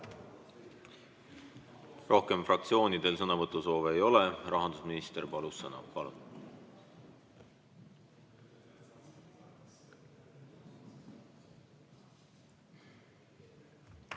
Rohkem fraktsioonidel sõnavõtusoove ei ole. Rahandusminister palus sõna. Palun!